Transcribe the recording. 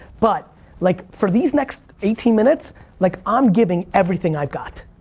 but like for these next eighteen minutes like i'm giving everything i've got.